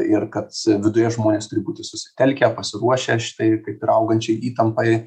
ir kad viduje žmonės turi būti susitelkę pasiruošę šitai kaip ir augančiai įtampai